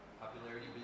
Popularity